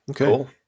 Okay